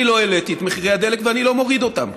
אני לא העליתי את מחירי הדלק ואני לא מוריד אותם,